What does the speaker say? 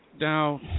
now